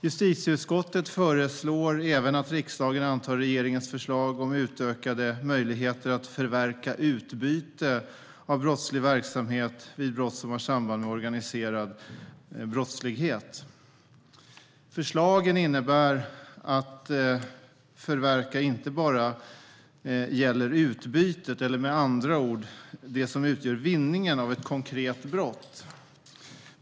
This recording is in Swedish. Justitieutskottet föreslår även att riksdagen antar regeringens förslag om utökade möjligheter att förverka utbyte av brottslig verksamhet vid brott som har samband med organiserad brottslighet. Förslagen innebär att möjligheterna att förverka inte bara gäller utbytet, eller med andra ord det som utgör vinningen, av ett konkret brott.